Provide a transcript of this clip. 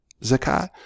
zakat